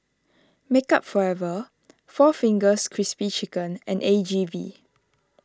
Makeup Forever four Fingers Crispy Chicken and A G V